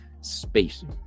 spacing